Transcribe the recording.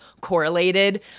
correlated